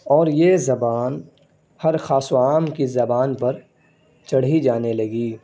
اور یہ زبان ہر خاص و عام کی زبان پر چڑھی جانے لگی